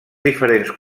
diferents